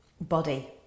body